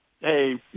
hey